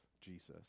Jesus